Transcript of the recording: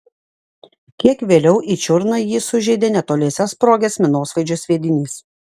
kiek vėliau į čiurną jį sužeidė netoliese sprogęs minosvaidžio sviedinys